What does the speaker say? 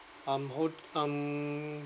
I'm hold I'm